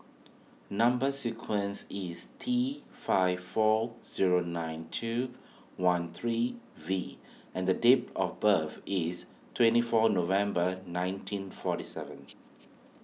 Number Sequence is T five four zero nine two one three V and date of birth is twenty four November nineteen forty seven